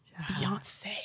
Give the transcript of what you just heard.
Beyonce